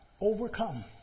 overcome